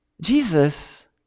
Jesus